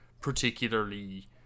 particularly